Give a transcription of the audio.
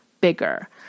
bigger